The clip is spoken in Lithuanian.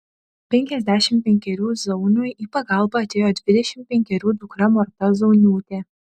penkiasdešimt penkerių zauniui į pagalbą atėjo dvidešimt penkerių dukra morta zauniūtė